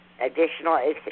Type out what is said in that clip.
additional